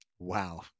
Wow